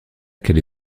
qu’elle